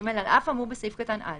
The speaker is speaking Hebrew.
(ג)על אף האמור בסעיף קטן (א),